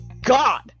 god